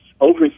over